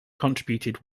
contributed